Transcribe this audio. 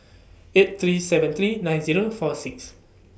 eight three seven three nine Zero four six